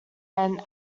anne